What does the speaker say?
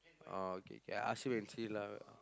orh okay okay I ask him and see lah